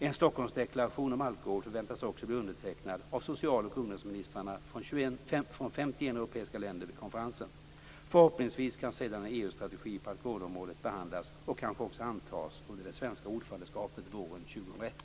En Stockholmsdeklaration om alkohol förväntas också bli undertecknad av socialoch ungdomsministrarna från 51 europeiska länder vid konferensen. Förhoppningsvis kan sedan en EU-strategi på alkoholområdet behandlas och kanske också antas under det svenska ordförandeskapet våren 2001.